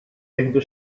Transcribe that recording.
jieħdu